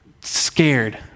scared